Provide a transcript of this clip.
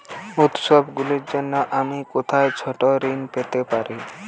উত্সবগুলির জন্য আমি কোথায় ছোট ঋণ পেতে পারি?